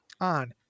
on